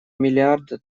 миллиарда